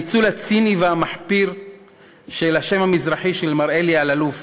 הניצול הציני והמחפיר של השם המזרחי של מר אלי אלאלוף